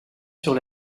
sur